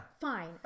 fine